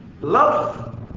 Love